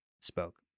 spoke